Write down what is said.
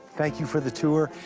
thank you for the tour,